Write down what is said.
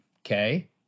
Okay